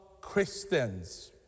Christians